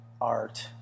art